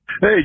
Hey